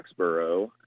Foxborough